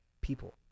people